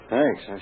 Thanks